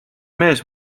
mees